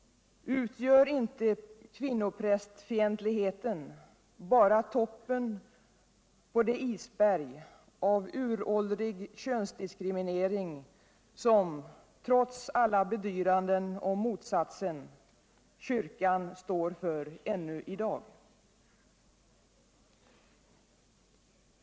Utgör inte kvinnoprästfientligheten bara toppen på det isberg av uråldrig könsdiskriminering som, trots alla bedyranden om motsatsen, kyrkan står för ännu I dag?